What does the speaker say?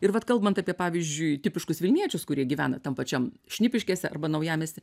ir vat kalbant apie pavyzdžiui tipiškus vilniečius kurie gyvena tam pačiam šnipiškėse arba naujamiesty